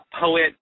poet